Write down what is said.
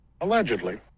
Allegedly